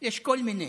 יש כל מיני.